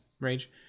Rage